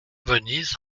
venise